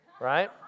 Right